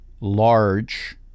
large